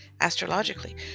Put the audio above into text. astrologically